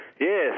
Yes